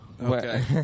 Okay